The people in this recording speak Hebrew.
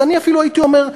אז אני אפילו הייתי אומר,